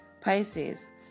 Pisces